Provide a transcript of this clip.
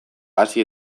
hasi